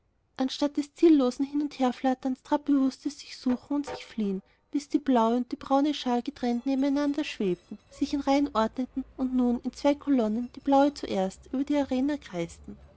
anstatt des ziellosen hin und herflatterns trat bewußtes sich suchen und sich fliehen bis die blaue und die braune schar getrennt nebeneinander schwebten sich in reihen ordneten und nun in zwei kolonnen die blaue zuerst über der arena kreisten